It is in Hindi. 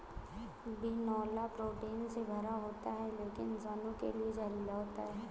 बिनौला प्रोटीन से भरा होता है लेकिन इंसानों के लिए जहरीला होता है